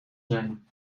zijn